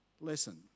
lesson